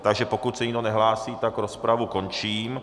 Takže pokud se nikdo nehlásí, tak rozpravu končím.